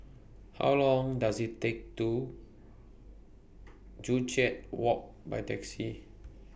How Long Does IT Take to Joo Chiat Walk By Taxi